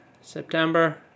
September